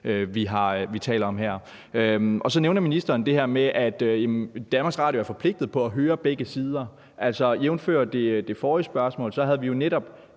vi taler om her. Så nævner ministeren det her med, at DR er forpligtet til at høre begge sider. Altså, jævnfør det foregående spørgsmål var der jo netop